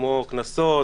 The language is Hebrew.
כמו קנסות,